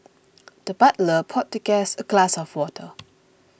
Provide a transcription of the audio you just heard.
the butler poured the guest a glass of water